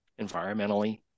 environmentally